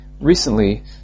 Recently